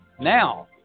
Now